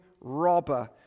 robber